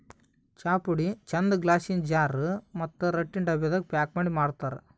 ಚಾಪುಡಿ ಚಂದ್ ಗ್ಲಾಸಿನ್ ಜಾರ್ ಮತ್ತ್ ರಟ್ಟಿನ್ ಡಬ್ಬಾದಾಗ್ ಪ್ಯಾಕ್ ಮಾಡಿ ಮಾರ್ತರ್